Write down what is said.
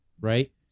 right